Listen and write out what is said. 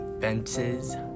fences